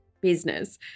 business